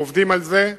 ועובדים על זה.